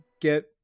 get